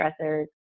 stressors